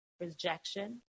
rejection